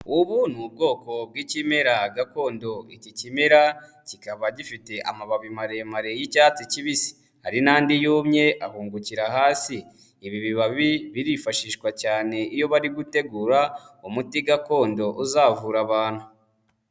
Ubu ni ubwoko bw'ikimera gakondo, iki kimera kikaba gifite amababi maremare y'icyatsi kibisi, hari n'andi yumye ahungukira, hasi ibi bibabi birifashishwa cyane, iyo bari gutegura umuti gakondo uzavura abantu.